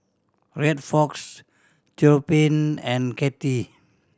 Rexford Theophile and Katie